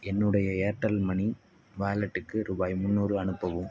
என்னுடைய Airtel money வாலெட்டுக்கு ரூபாய் முந்நூறு அனுப்பவும்